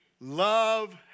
Love